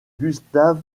gustav